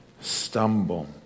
stumble